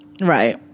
right